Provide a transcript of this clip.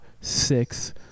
six